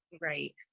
Right